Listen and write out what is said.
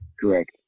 Correct